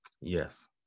Yes